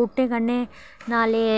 बूह्टें कन्नै नालै